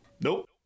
Nope